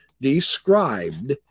described